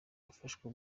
yafashwe